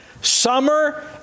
summer